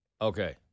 Okay